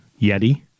Yeti